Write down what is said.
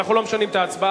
אנחנו לא משנים את ההצבעה,